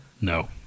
no